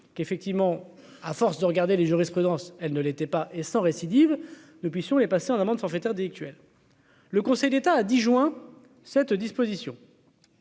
qu'effectivement, à force de regarder les jurisprudences, elle ne l'était pas, et sans récidive depuis les patients l'amende forfaitaire délictuelle, le Conseil d'État a 10 juin cette disposition